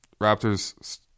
Raptors